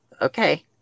Okay